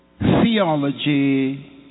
theology